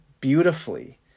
beautifully